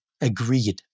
agreed